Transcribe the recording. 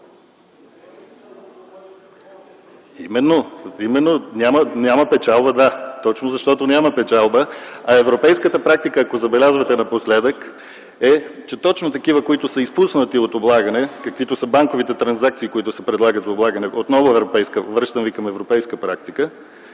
Именно – няма печалба. Точно защото няма печалба. Европейската практика, ако забелязвате напоследък, е, че точно такива, които са изпуснати от облагане, каквито са банковите транзакции, които се предлагат за облагане, отново ви връщам към европейска практика,